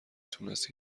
تونست